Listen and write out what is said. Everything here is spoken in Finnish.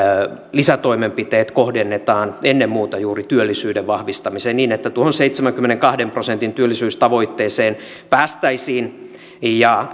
lisätoimenpiteet kohdennetaan ennen muuta juuri työllisyyden vahvistamiseen niin että tuohon seitsemänkymmenenkahden prosentin työllisyystavoitteeseen päästäisiin ja